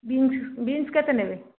beans beans କେତେ ନେବେ